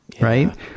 right